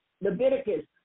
Leviticus